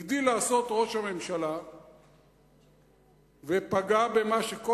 הגדיל לעשות ראש הממשלה ופגע במה שכל